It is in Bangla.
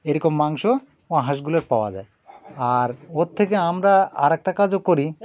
এরকম মাংস ও হাঁসগুলোর পাওয়া যায় আর ওর থেকে আমরা আরেকটা কাজও করি